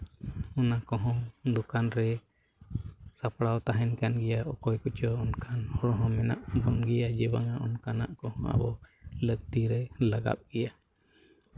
ᱚᱱᱟ ᱠᱚᱦᱚᱸ ᱫᱳᱠᱟᱱ ᱨᱮ ᱥᱟᱯᱲᱟᱣ ᱛᱟᱦᱮᱱ ᱠᱟᱱ ᱜᱮᱭᱟ ᱚᱠᱚᱭ ᱠᱚᱪᱚ ᱚᱱᱠᱟᱱ ᱦᱚᱲ ᱦᱚᱸ ᱢᱮᱱᱟᱜ ᱠᱚᱜᱮᱭᱟ ᱡᱮ ᱵᱟᱝ ᱚᱱᱠᱟᱱᱟᱜ ᱠᱚ ᱟᱵᱚ ᱞᱟᱹᱠᱛᱤ ᱨᱮ ᱞᱟᱜᱟᱜ ᱜᱮᱭᱟ